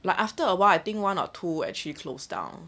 like after a while I think one or two actually closed down